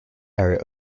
area